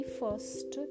first